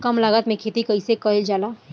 कम लागत में खेती कइसे कइल जाला?